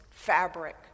fabric